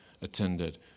attended